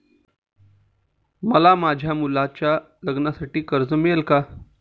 मला माझ्या मुलाच्या लग्नासाठी कर्ज मिळेल का?